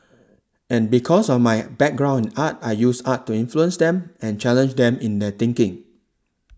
and because of my background in art I use art to influence them and challenge them in their thinking